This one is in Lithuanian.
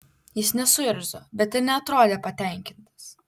jis nesuirzo bet ir neatrodė patenkintas